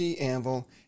Anvil